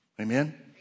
Amen